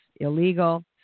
illegal